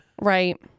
Right